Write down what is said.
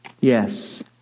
Yes